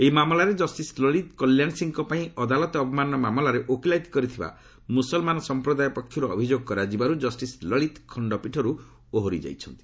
ଏହି ମାମଲାରେ ଜଷ୍ଟିସ୍ ଲଳିତ କଲ୍ୟାଣ ସିଂଙ୍କ ପାଇଁ ଅଦାଲତ ଅବମାନନା ମାମଲାରେ ଓକିଲାତି କରିଥିବା ମୁସଲମାନ ସଂପ୍ରଦାୟ ପକ୍ଷରୁ ଅଭିଯୋଗ କରାଯିବାରୁ ଜଷ୍ଟିସ୍ ଲଳିତ ଖଣ୍ଡପୀଠରୁ ଓହରି ଯାଇଛନ୍ତି